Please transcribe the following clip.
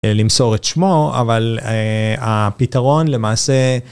למסור את שמו אבל הפתרון למעשה.